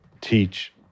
teach